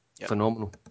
Phenomenal